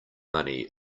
money